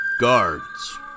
guards